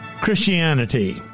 Christianity